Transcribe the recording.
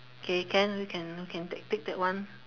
K can we can can take take that one